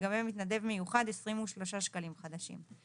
ולגבי מתנדב מיוחד - 23 שקלים חדשים,